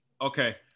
Okay